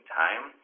time